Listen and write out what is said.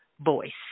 voice